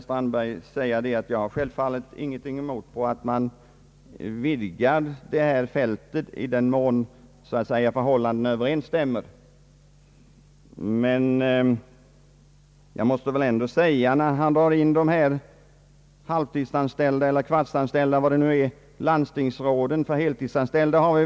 slagsida att vederbörande inte borde vara riksdagsman längre. Det är en korrektionsfaktor.